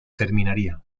terminaría